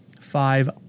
five